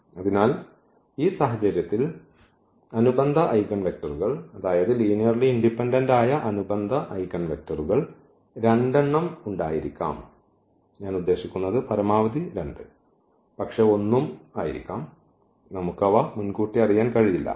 അതിനാൽ ഈ സാഹചര്യത്തിൽ അനുബന്ധ ഐഗൻ വെക്റ്ററുകൾ അതായത് ലീനിയർലി ഇൻഡിപെൻഡന്റ് ആയ അനുബന്ധ ഐഗൻ വെക്റ്ററുകൾ 2 എണ്ണം ഉണ്ടായിരിക്കാം ഞാൻ ഉദ്ദേശിക്കുന്നത് പരമാവധി 2 പക്ഷേ 1 ഉം ഉണ്ടായിരിക്കാം നമുക്ക് അവ മുൻകൂട്ടി അറിയാൻ കഴിയില്ല